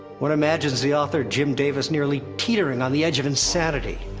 one imagines the author, jim davis, nearly teetering on the edge of insanity,